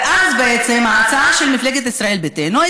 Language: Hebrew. ואז הייתה בעצם ההצעה של מפלגת ישראל ביתנו,